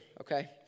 okay